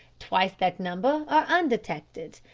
twice that number are undetected.